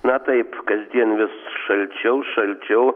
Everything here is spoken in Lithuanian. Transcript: na taip kasdien vis šalčiau šalčiau